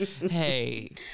Hey